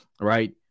right